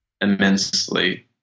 immensely